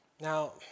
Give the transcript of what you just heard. Now